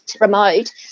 remote